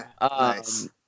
Nice